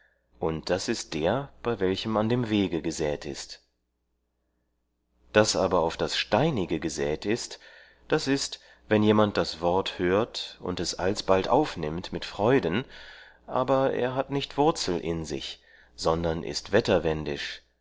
und das ist der bei welchem an dem wege gesät ist das aber auf das steinige gesät ist das ist wenn jemand das wort hört und es alsbald aufnimmt mit freuden aber er hat nicht wurzel in sich sondern ist wetterwendisch